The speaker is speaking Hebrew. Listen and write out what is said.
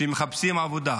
כי מחפשים עבודה,